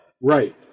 Right